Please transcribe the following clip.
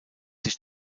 sich